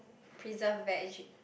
preserved veg